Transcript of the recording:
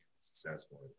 successful